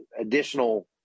additional